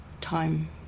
time